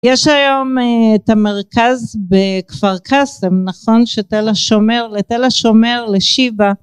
יש היום את המרכז בכפר קסם נכון? שתל השומר לשיבא